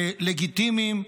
כלגיטימיים,